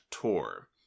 tour